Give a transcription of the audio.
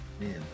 man